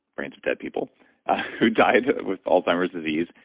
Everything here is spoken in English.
brains of dead people who died with alzheimer's disease.